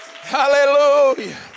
hallelujah